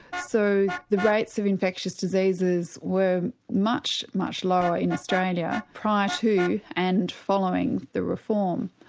so the rates of infectious diseases were much, much lower in australia prior to and following the reform.